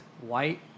White